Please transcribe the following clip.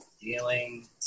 dealing